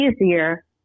easier